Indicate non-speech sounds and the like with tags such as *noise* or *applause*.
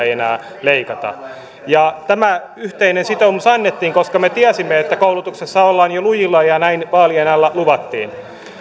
*unintelligible* ei enää leikata tämä yhteinen sitoumus annettiin koska me tiesimme että koulutuksessa ollaan jo lujilla ja näin vaalien alla luvattiin